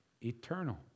eternal